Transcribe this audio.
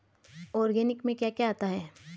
Organic में क्या क्या आता है?